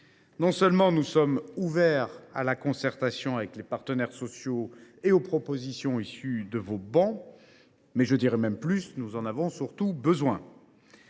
Non seulement nous sommes ouverts à la concertation avec les partenaires sociaux et aux propositions issues de vos travées, mais nous en avons surtout